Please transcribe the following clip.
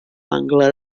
bangla